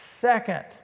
second